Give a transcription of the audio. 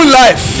life